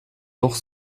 doch